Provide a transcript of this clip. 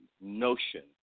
notion